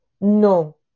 no